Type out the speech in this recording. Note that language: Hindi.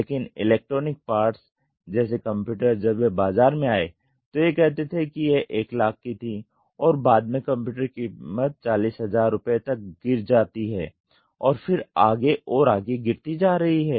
लेकिन इलेक्ट्रॉनिक पार्ट्स जैसे कम्प्यूटर्स जब वे बाजार में आए तो ये कहते थे कि यह 1 लाख की थी और बाद में कंप्यूटर की कीमत 40000 तक गिर जाती है और फिर आगे और आगे गिरती जा रही है